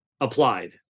applied